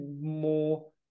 more